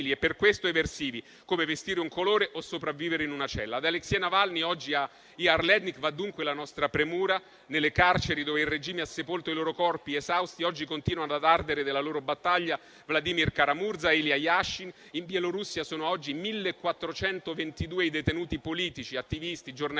e per questo eversivi, come vestire un colore o sopravvivere in una cella. Ad Alexei Navalny e Ihar Lednik va oggi dunque la nostra premura. Nelle carceri dove il regime ha sepolto i loro corpi esausti oggi continuano ad ardere della loro battaglia Vladimir Kara-Murza e Ilya Yashin. In Bielorussia sono oggi 1.422 i detenuti politici, attivisti, giornalisti.